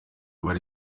bari